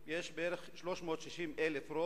יש מגדלי צאן במגזר הבדואי, יש בערך 360,000 ראש,